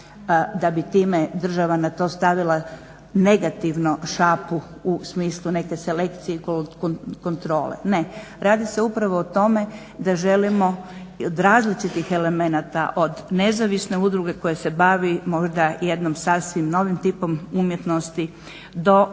da bi time država na to stavila negativno šapu u smislu neke selekcije i kontrole. Ne, radi se upravo o tome da želimo i od različitih elementa, od nezavisne udruge koja se bavi možda jednom sasvim novim tipom umjetnosti, do klasičnih